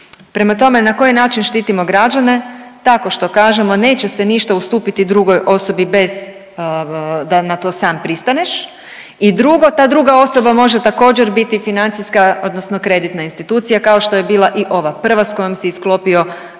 Prema tome, na koji način štitimo građane, tako što kažemo neće se ništa ustupiti drugoj osobi bez da na to sam pristaneš i drugo, ta druga osoba može također biti financijska odnosno kreditna institucija kao što je bila i ova prva s kojom si i sklopio